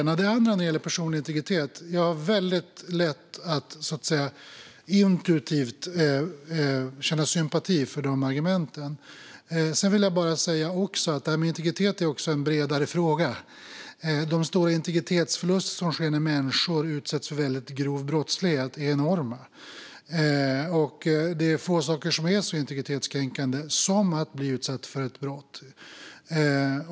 När det gäller personlig integritet har jag väldigt lätt att intuitivt känna sympati för argumenten, men detta med integritet är också en bredare fråga. De stora integritetsförluster som sker när människor utsätts för väldigt grov brottslighet är enorma, och det är få saker som är så integritetskränkande som att bli utsatt för ett brott.